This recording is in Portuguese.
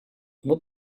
uma